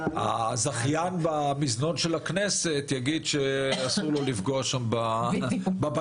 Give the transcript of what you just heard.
כמו שהזכיין במזנון של הכנסת יגיד שאסור לו לפגוע בבלטות,